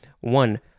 one